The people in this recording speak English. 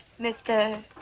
Mr